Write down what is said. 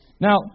Now